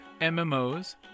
mmos